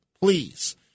please